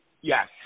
Yes